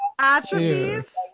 atrophies